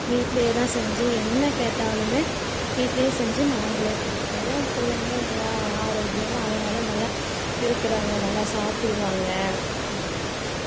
வீட்லையே தான் செஞ்சு என்ன கேட்டாலுமே வீட்டிலயே செஞ்சு நாங்களே கொடுத்துகுடுவோம் பிள்ளைங்களும் நல்ல ஆ ஆரோக்கியமாக அதனால் நல்லா இருக்கிறாங்க நல்லா சாப்பிடுவாங்க ஆ